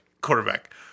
quarterback